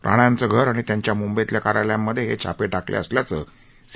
राणा याचं घर आणि त्याच्या मुंबईतल्या कार्यालयांमध्ये हे छापे टाकले असल्याचं सी